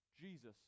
Jesus